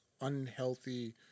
unhealthy